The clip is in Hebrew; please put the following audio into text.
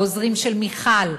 לעוזרים של מיכל,